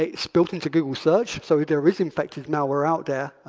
ah it's built into google search, so if there is infected malware out there,